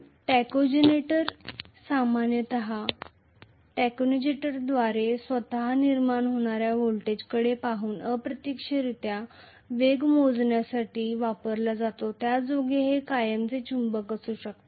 तर टॅकोजेनेरेटर सामान्यत टॅकोजेनेरेटरद्वारे स्वतःच निर्माण होणाऱ्या व्होल्टेजकडे पाहून अप्रत्यक्षरित्या वेग मोजण्यासाठी वापरला जातो ज्यायोगे ते कायमचे चुंबक असू शकते